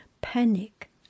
Panic